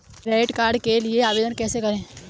Credit card के लिए आवेदन कैसे करें?